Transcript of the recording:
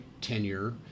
tenure